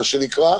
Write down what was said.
מה שנקרא.